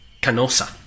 Canossa